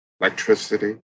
Electricity